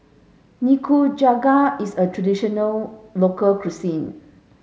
Nikujaga is a traditional local cuisine